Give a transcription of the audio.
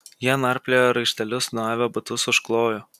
jie narpliojo raištelius nuavę batus užklojo